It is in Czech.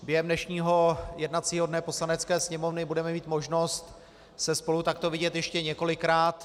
Během dnešního jednacího dne Poslanecké sněmovny budeme mít možnost se spolu takto vidět ještě několikrát.